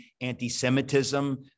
anti-Semitism